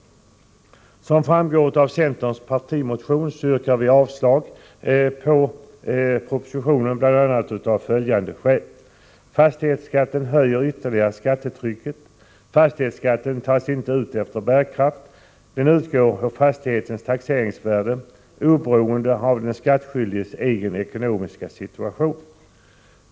Som framgår av centerns partimotion yrkar vi avslag på propositionen av bl.a. följande skäl: Fastighetsskatten höjer ytterligare skattetrycket. Fastighetsskatten tas inte ut efter bärkraft. Den utgår på fastighetens taxeringsvärde oberoende av den skattskyldiges egen ekonomiska situation.